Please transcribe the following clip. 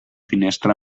finestra